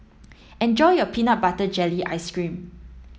enjoy your peanut butter jelly ice cream